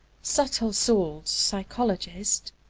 subtle-souled psychologist,